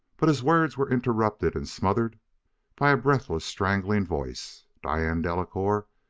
but his words were interrupted and smothered by a breathless, strangling voice. diane delacouer,